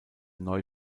neu